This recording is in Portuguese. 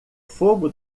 fogo